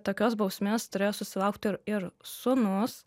tokios bausmės turėjo susilaukti ir ir sūnus